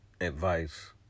advice